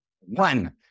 One